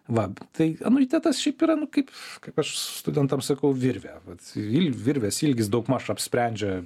va tai anuitetas šiaip yra nu kaip kaip aš studentam sakau virvė vat vil virvės ilgis daugmaž apsprendžia